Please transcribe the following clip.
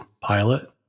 pilot